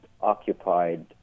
occupied